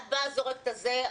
את באה וזורקת את זה,